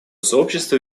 сообщество